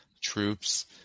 troops